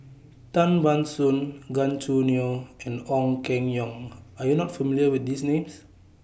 Tan Ban Soon Gan Choo Neo and Ong Keng Yong Are YOU not familiar with These Names